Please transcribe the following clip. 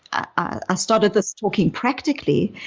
i started this talking practically,